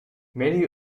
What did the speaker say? many